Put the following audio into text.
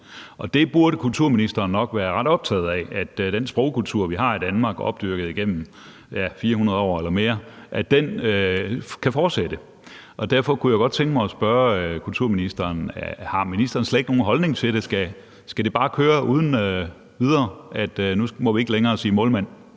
og kulturministeren burde nok være ret optaget af, at den sprogkultur, som vi har i Danmark, og som er opdyrket igennem 400 år eller mere, kan fortsætte. Derfor kunne jeg jo godt tænke mig at spørge kulturministeren, om kulturministeren slet ikke har nogen holdning til det, og om det bare skal uden videre skal køre, altså at vi nu ikke længere må sige »målmand«.